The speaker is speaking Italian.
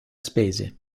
spese